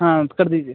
हाँ तो कर दीजिए